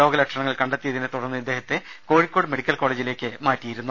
രോഗലക്ഷണങ്ങൾ കണ്ടതിനെ തുടർന്ന് ഇദ്ദേഹത്തെ കോഴിക്കോട് മെഡിക്കൽ കോളേജിലേക്ക് മാറ്റിയിരുന്നു